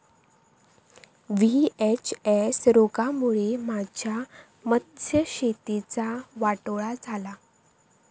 VHS रोगामुळे माझ्या मत्स्यशेतीचा वाटोळा झाला